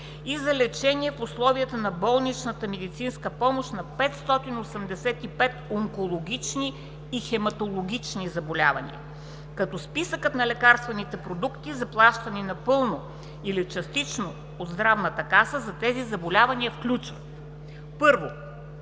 и за лечение в условията на болничната медицинска помощ на 585 онкологични и хематологични заболявания, като списъкът на лекарствените продукти, заплащани напълно или частично от НЗОК, за тези заболявания включва: 1.